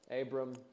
Abram